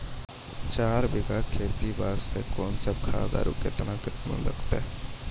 चार बीघा केला खेती वास्ते कोंन सब खाद आरु केतना केतना लगतै?